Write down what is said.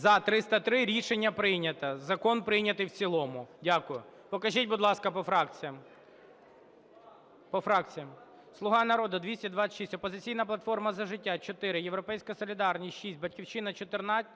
За-303 Рішення прийнято. Закон прийнятий в цілому. Дякую. Покажіть, будь ласка, по фракціях. Будь ласка, по фракціям. "Слуга народу" – 226, "Опозиційна платформа - За життя" – 4, "Європейська солідарність" – 16,"Батьківщина"